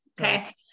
Okay